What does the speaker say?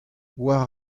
war